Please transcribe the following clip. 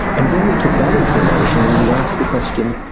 and then we took that information and we asked the question,